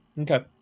Okay